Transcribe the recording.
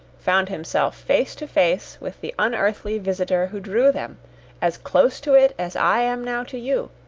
found himself face to face with the unearthly visitor who drew them as close to it as i am now to you,